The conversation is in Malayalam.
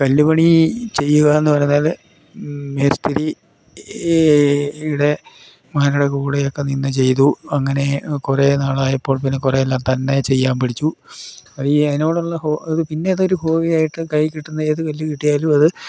ഈ കല്ലുപണി ചെയ്യുകാന്ന് പറഞ്ഞാൽ മേസ്തിരീ ഇടെ മാരുടെ കൂടെയൊക്ക നിന്ന് ചെയ്തു അങ്ങനെ കുറെ നാളായപ്പോൾ പിന്നെ കുറെ എല്ലാം തന്നെ ചെയ്യാൻ പഠിച്ചു ഈ അതിനോടുള്ള ഹോ പിന്നെയതൊരു ഹോബിയായിട്ട് കയ്യിൽ കിട്ടുന്ന ഏത് കല്ലു കിട്ടിയാലും അത്